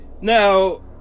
Now